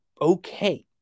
okay